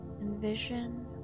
Envision